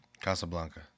Casablanca